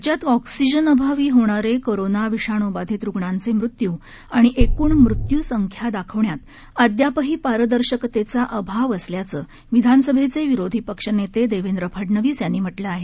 राज्यात एक्सिजनअभावी होणारे कोरोना विषाणू बाधित रूग्णांचे मृत्यू आणि एकूण मृत्यूसंख्या दाखवप्यात अद्यापही पारदर्शकतेचा अभाव असल्याचं विधानसभेचे विरोधी पक्षनेते देवेंद्र फडणवीस यांनी म्हटलं आहे